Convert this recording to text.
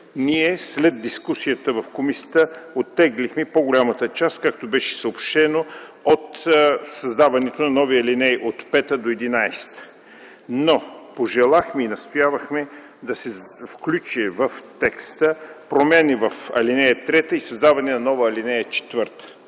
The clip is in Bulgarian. ние, след дискусията в комисията, оттеглихме по-голямата част, както беше съобщено, от създаването на нови алинеи от 5 до 11. Но пожелахме и настоявахме да се включат в текста промени в ал. 3 и създаване на нова ал. 4.